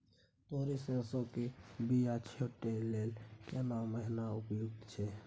तोरी, सरसो के बीया छींटै लेल केना महीना उपयुक्त छै?